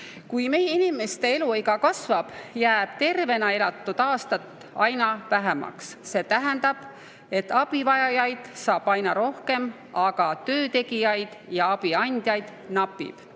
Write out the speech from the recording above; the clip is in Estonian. meie inimeste eluiga kasvab, jääb tervena elatud aastaid aina vähemaks, see tähendab, et abivajajaid saab aina rohkem, aga töötegijaid ja abiandjaid napib.